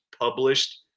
published